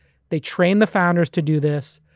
they train the founders to do this,